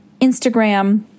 Instagram